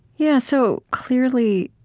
yeah, so clearly,